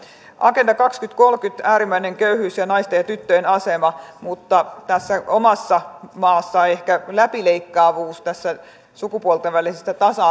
agenda kaksituhattakolmekymmentä äärimmäinen köyhyys ja naisten ja tyttöjen asema mutta tässä omassa maassamme ehkä läpileikkaavuus tässä sukupuolten välisessä tasa